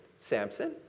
Samson